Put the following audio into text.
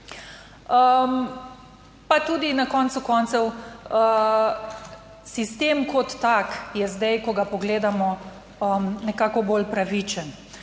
pa tudi na koncu koncev sistem kot tak je zdaj, ko ga pogledamo, nekako bolj pravičen.